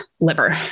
liver